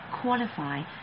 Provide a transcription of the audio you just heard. qualify